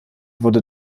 wurde